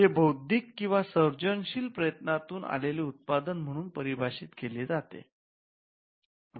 जे बौद्धिक किंवा सर्जनशील प्रयत्नातून आलेले उत्पादन म्हणून परिभाषित केले गेले आहे